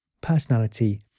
Personality